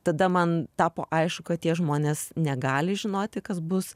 tada man tapo aišku kad tie žmonės negali žinoti kas bus